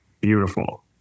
beautiful